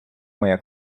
моя